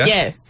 Yes